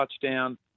touchdown